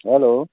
hello